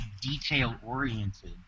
detail-oriented